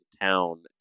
town